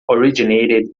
originated